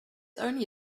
only